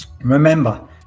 Remember